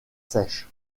sèches